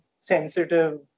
sensitive